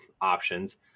options